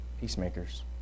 peacemakers